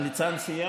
הליצן סיים?